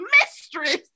mistress